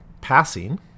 Passing